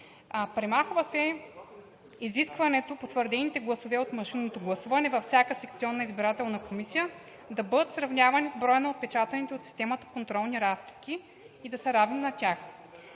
„Премахва се изискването потвърдените гласове от машинното гласуване във всяка секционна избирателна комисия да бъдат сравнявани с броя на отпечатаните от системата контролни разписки и да са равни на тях“.